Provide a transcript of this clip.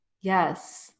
Yes